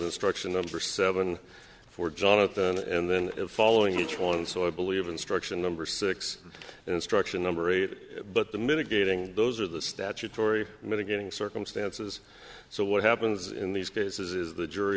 instruction number seven for jonathan and then following each one so i believe instruction number six and instruction number eight but the minute gating those are the statutory mitigating circumstances so what happens in these cases is the jury